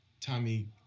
Tommy